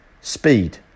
Speed